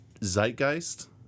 zeitgeist